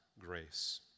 grace